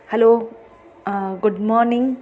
hello good morning